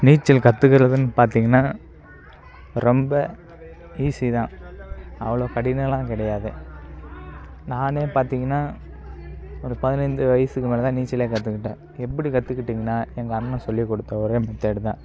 நீச்சல் கற்றுகுறதுன்னு பார்த்தீங்கனா ரொம்ப ஈசி தான் அவ்வளோ கடினலாம் கிடையாது நான் பார்த்தீங்கனா ஒரு பதினைந்து வயசுக்கு மேலே தான் நீச்சல் கற்றுக்கிட்டேன் எப்படி கற்றுக்கிட்டேன்னா எங்கள் அண்ணன் சொல்லி கொடுத்த ஒரே மெத்தட் தான்